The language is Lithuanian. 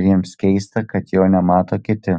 ir jiems keista kad jo nemato kiti